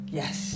yes